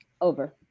Over